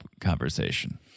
conversation